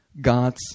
God's